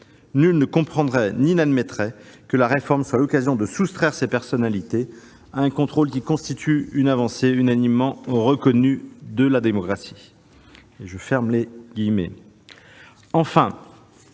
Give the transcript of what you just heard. Nul ne comprendrait ni n'admettrait que la réforme soit l'occasion de soustraire ces personnalités à un contrôle qui constitue une avancée unanimement reconnue de la démocratie. » Enfin,